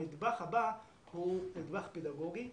הנדבך הבא הוא נדבך פדגוגי,